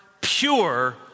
pure